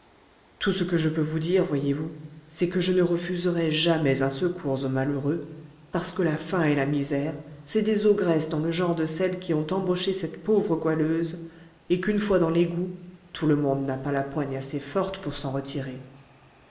tout ce que je peux vous dire voyez-vous c'est que je ne refuserai jamais un secours aux malheureux parce que la faim et la misère c'est des ogresses dans le genre de celles qui ont embauché cette pauvre goualeuse et qu'une fois dans l'égout tout le monde n'a pas la poigne assez forte pour s'en retirer